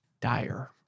Dire